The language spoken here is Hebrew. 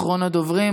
אחרון הדוברים.